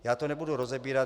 Já to nebudu rozebírat.